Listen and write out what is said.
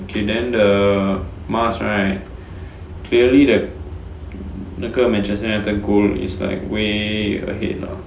okay then the mask right clearly the 那个 matches and the goal is like way ahead lah